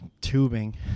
tubing